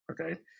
Okay